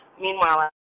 meanwhile